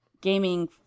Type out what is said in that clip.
gaming